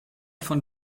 von